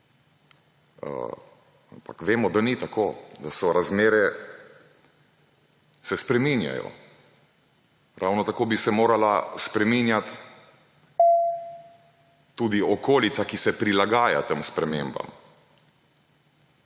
vemo, da ni tako, da se razmere spreminjajo. Ravno tako bi se morala spreminjati tudi okolica, ki se prilagaja tem spremembam.